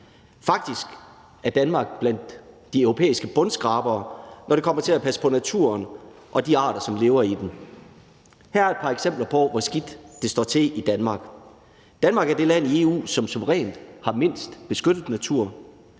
Faktisk er Danmark blandt de europæiske bundskrabere, når det kommer til at passe på naturen og de arter, som lever i den. Her er et par eksempler på, hvor skidt det står til i Danmark: Danmark er det land i EU, som suverænt har mindst beskyttet natur,